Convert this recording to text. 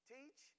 Teach